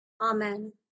Amen